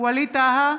ווליד טאהא,